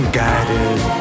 guided